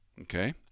Okay